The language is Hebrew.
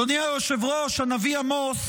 אדוני היושב-ראש, הנביא עמוס